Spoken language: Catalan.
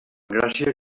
gràcia